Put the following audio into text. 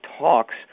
talks